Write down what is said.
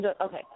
Okay